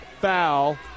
foul